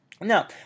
now